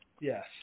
Yes